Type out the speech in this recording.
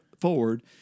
forward